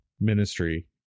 ministry